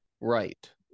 Right